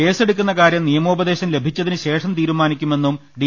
കേസെടുക്കുന്നകാര്യം നിയമോപദേശം ലഭിച്ചതിന്ശേഷം തീരുമാനിക്കുമെന്നും ഡി